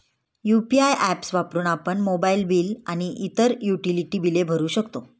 UPI apps वापरून आपण mobile bill आणि इतर युटिलिटी बिले भरू शकतो